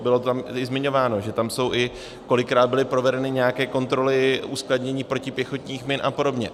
Bylo to tam i zmiňováno, že tam jsou, i kolikrát byly provedeny nějaké kontroly uskladnění protipěchotních min a podobně.